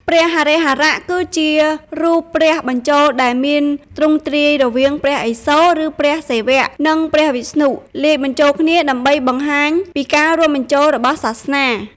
ព្រះហរិហរៈគឺជារូបព្រះបញ្ចូល ដែលមានទ្រង់ទ្រាយរវាងព្រះឥសូរ (ឬ ព្រះសិវៈ) និងព្រះវិស្ណុ លាយបញ្ចូលគ្នាដើម្បីបង្ហាញពីការរួមបញ្ចូលរបស់សាសនា។